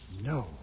No